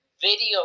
video